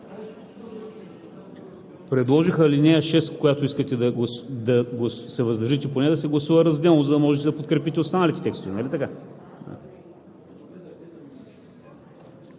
Предложих ал. 6, по която искате да се въздържите, да се гласува разделно, за да можете да подкрепите останалите текстове, нали така?